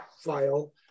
file